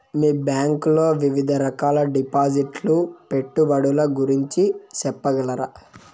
మీ bank లో వివిధ రకాల డిపాసిట్స్, పెట్టుబడుల గురించి సెప్పగలరా?